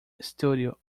studio